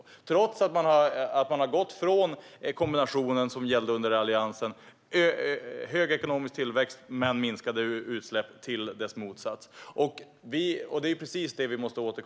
Man har gått från den kombination som gällde under Alliansen av hög ekonomisk tillväxt och minskade utsläpp till dess motsats.